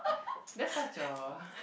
that's such a